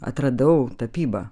atradau tapybą